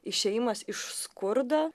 išėjimas iš skurdo